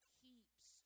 keeps